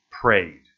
prayed